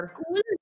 School